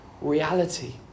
reality